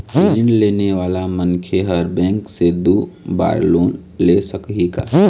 ऋण लेने वाला मनखे हर बैंक से दो बार लोन ले सकही का?